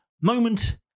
moment